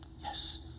Yes